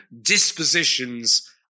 dispositions